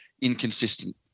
inconsistent